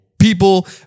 people